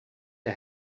der